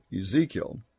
Ezekiel